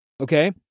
okay